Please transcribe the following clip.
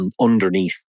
underneath